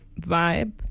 vibe